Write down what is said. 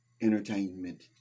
entertainment